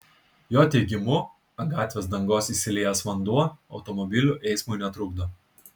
jo teigimu ant gatvės dangos išsiliejęs vanduo automobilių eismui netrukdo